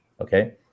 Okay